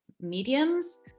mediums